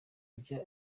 ujya